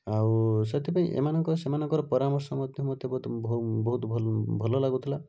ଆଉ ସେଥିପାଇଁ ଏମାନଙ୍କ ସେମାନଙ୍କର ପରାମର୍ଶ ମଧ୍ୟ ମୋତେ ବହୁତ ଭଲ ଲାଗୁଥିଲା